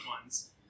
ones